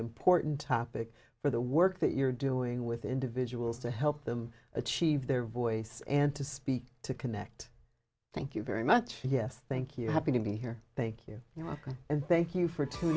important topic for the work that you're doing with individuals to help them achieve their voice and to speak to connect thank you very much yes thank you happy to be here thank you you know and thank you for two